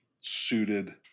suited